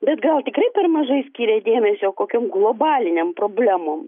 bet gal tikrai per mažai skiria dėmesio kokiom globalinėm problemom